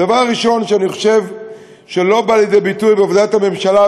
הדבר הראשון שאני חושב שלא בא לידי ביטוי בעבודת הממשלה,